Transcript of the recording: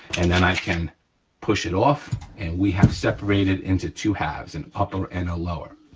and then i can push it off and we have separated into two halves, an upper and a lower.